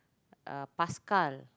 uh Paskal